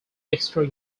extra